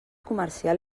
comercial